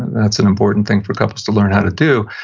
that's an important thing for couples to learn how to do,